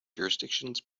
jurisdictions